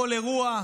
לכל אירוע,